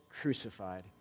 crucified